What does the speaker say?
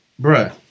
Bruh